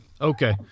Okay